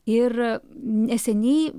ir neseniai